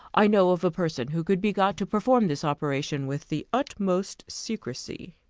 i know of a person who could be got to perform this operation with the utmost secrecy.